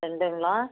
செண்டுங்களா